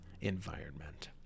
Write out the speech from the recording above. environment